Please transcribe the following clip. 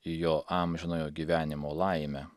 į jo amžinojo gyvenimo laimę